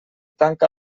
tanca